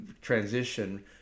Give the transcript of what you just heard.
transition